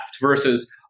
versus